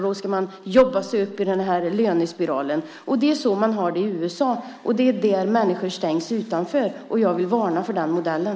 Då ska man jobba sig upp i lönespiralen. Det är så man har det i USA, och där ställs människor utanför. Jag vill varna för den modellen.